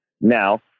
Now